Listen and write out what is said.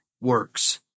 works